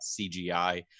CGI